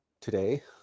today